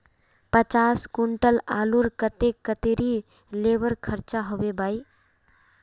पचास कुंटल आलूर केते कतेरी लेबर खर्चा होबे बई?